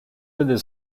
little